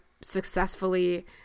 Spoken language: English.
successfully